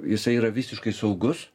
jisai yra visiškai saugus